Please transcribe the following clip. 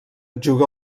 juga